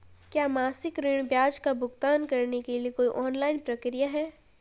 क्या मासिक ऋण ब्याज का भुगतान करने के लिए कोई ऑनलाइन प्रक्रिया है?